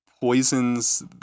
poisons